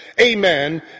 amen